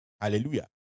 Hallelujah